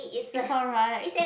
it's alright